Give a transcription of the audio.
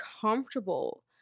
comfortable